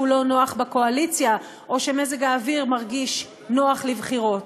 לא נוח בקואליציה או כשמזג האוויר מרגיש נוח לבחירות.